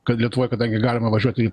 kad lietuvoj kadangi galima važiuoti